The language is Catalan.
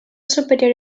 superior